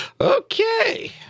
Okay